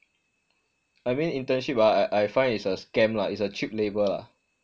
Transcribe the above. I mean internship ah I I find ah it's a scam lah it's a cheap labour ah